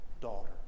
daughter